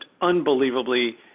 unbelievably